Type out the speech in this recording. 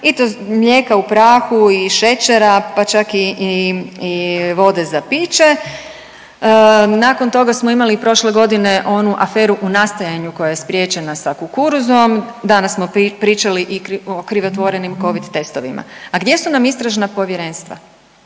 i to mlijeka u prahu i šećera pa čak i vode za piće. Nakon toga smo imali prošle godine onu aferu u nastojanju koja je spriječena sa kukuruzom, danas smo pričali i o krivotvorenim Covid testovima. A gdje su nam istražna povjerenstva?